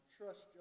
trust